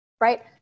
right